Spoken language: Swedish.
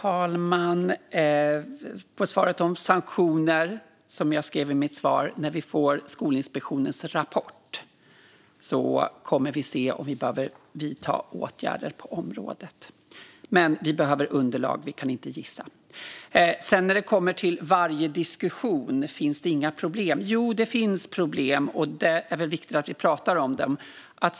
Fru talman! Jag börjar med frågan om sanktioner. Som jag sa i mitt svar: När vi får Skolinspektionens rapport kommer vi att se om vi behöver vidta åtgärder på området. Vi behöver underlag; vi kan inte gissa. Apropå "varje diskussion" och om det inte finns några problem vill jag säga: Jo, det finns problem, och det är väl viktigt att vi pratar om dem.